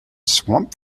swamp